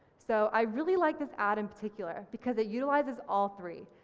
so i really like this ad in particular because, it utilises all three,